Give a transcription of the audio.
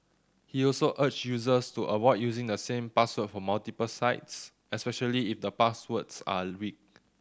he also urged users to avoid using the same password for multiple sites especially if the passwords are weak